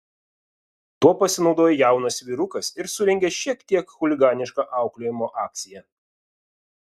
tuo pasinaudojo jaunas vyrukas ir surengė šiek tiek chuliganišką auklėjimo akciją